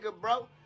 bro